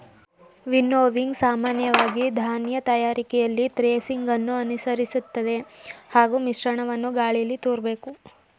winnowing ಸಾಮಾನ್ಯವಾಗಿ ಧಾನ್ಯ ತಯಾರಿಕೆಯಲ್ಲಿ ಥ್ರೆಸಿಂಗನ್ನು ಅನುಸರಿಸ್ತದೆ ಹಾಗೂ ಮಿಶ್ರಣವನ್ನು ಗಾಳೀಲಿ ತೂರ್ಬೇಕು